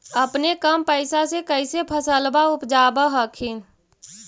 अपने कम पैसा से कैसे फसलबा उपजाब हखिन?